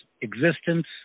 existence